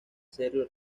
sergio